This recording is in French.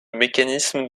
mécanisme